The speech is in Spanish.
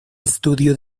estudio